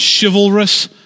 chivalrous